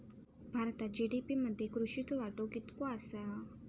भारतात जी.डी.पी मध्ये कृषीचो वाटो कितको आसा?